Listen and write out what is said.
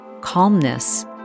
Calmness